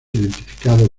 identificado